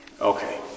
Okay